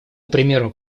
примеру